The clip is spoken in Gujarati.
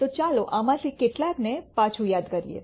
તો ચાલો આમાંથી કેટલાકને પાછું યાદ કરીયે